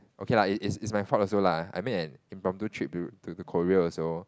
okay lah is is my fault also lah I made an impromptu trip to to to Korea also